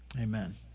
amen